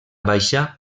baixa